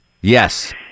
Yes